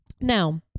Now